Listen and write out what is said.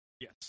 yes